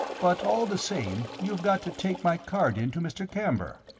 but all the same you have got to take my card in to mr. camber.